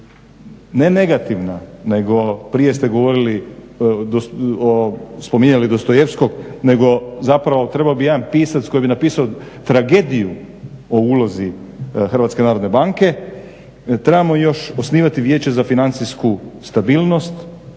ne negativna, nego prije ste govorili, spominjali Dostojevskog nego zapravo trebao bi jedan pisac koji bi napisao tragediju o ulozi HNB-a, trebamo još osnivati Vijeće za financijsku stabilnost,